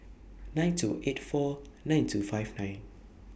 nine two eight four nine two five nine